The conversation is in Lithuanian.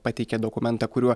pateikė dokumentą kuriuo